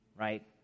right